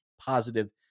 positive